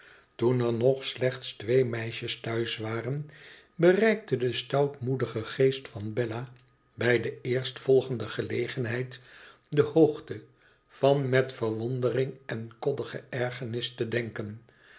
toen er nog slechts twee meisjes thuis waren bereikte de stoutmoedige geest vanbellabij de eerstvolgende gelegenheid de hoogte van met verwondering en koddige ergenis te denken